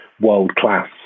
world-class